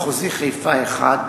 מחוזי חיפה, אחד,